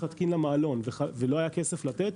היה להתקין לה מעלון ולא היה כסף לתת,